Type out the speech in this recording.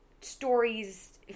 stories